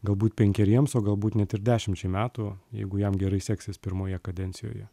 galbūt penkeriems o galbūt net ir dešimčiai metų jeigu jam gerai seksis pirmoje kadencijoje